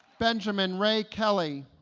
benjamin ray kelly